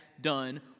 done